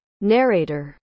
Narrator